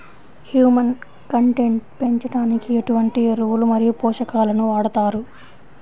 Humus content పెంచడానికి ఎటువంటి ఎరువులు మరియు పోషకాలను వాడతారు?